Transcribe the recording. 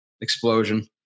explosion